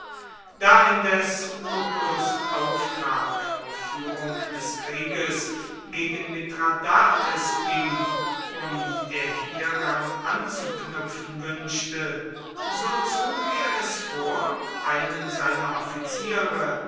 da indes lucullus auftrag auf führung des krieges gegen mithradates ging und er hieran anzuknüpfen wünschte so zog er es vor einen seiner offiziere